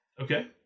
Okay